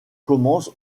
commence